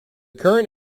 current